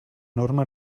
norma